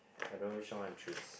I don't know which one want to choose